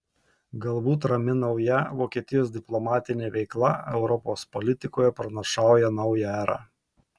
galbūt rami nauja vokietijos diplomatinė veikla europos politikoje pranašauja naują erą